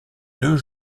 deux